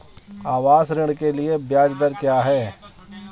आवास ऋण के लिए ब्याज दर क्या हैं?